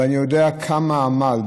אני יודע כמה עמל.